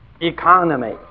economy